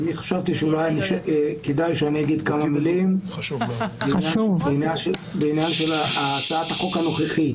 חשבתי שאולי כדאי שאגיד כמה מילים בעניין של הצעת החוק הנוכחית.